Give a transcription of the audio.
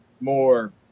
more